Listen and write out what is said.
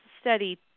study